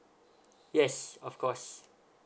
yes of course